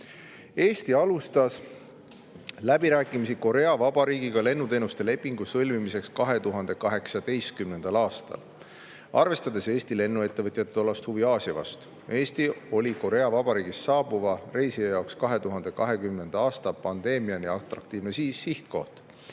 Eesti alustas läbirääkimisi Korea Vabariigiga lennuteenuste lepingu sõlmimiseks 2018. aastal, arvestades Eesti lennuettevõtjate tollast huvi Aasia vastu. Eesti oli Korea Vabariigist saabuva reisija jaoks 2020. aasta pandeemiani atraktiivne sihtkoht.